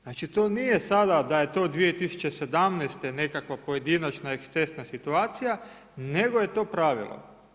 Znači to nije sada da je to 2017. nekakva pojedinačna ekscesna situacija, nego je to pravilo.